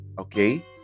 Okay